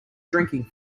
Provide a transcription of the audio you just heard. drinking